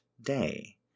day